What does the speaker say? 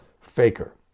faker